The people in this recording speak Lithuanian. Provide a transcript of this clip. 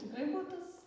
tikrai buvo tas